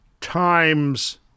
Times